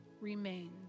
remains